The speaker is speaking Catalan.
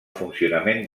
funcionament